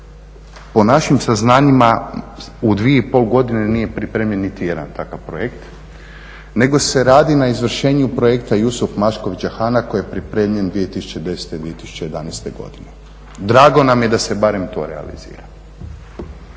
po našim saznanjima u 2,5 godine nije pripremljen niti jedan takav projekt nego se radi na izvršenju projekta Jusuf Maškovića hana koji je pripremljen 2010. godine, 2011. godine. Drago nam je da se barem to realiziralo.